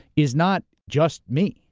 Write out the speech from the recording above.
is not just me,